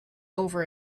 over